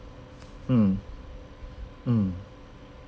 mm mm